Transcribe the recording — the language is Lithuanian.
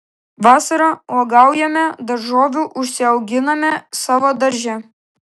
vasarą uogaujame daržovių užsiauginame savo darže